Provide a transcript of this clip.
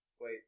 wait